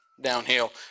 Downhill